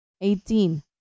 eighteen